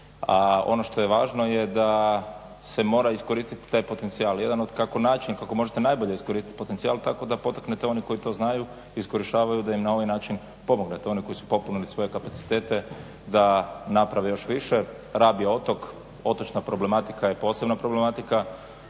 ono što je važno je da se mora iskoristiti taj potencijal. Jedan od načina kako možete najbolje iskoristi potencijal tako da potaknete oni koji to znaju i iskorištavaju da im na ovaj način da im pomognete, oni koji su popunili svoje kapacitete da naprave još više. Rab je otok, otočna problematika je posebna problematika,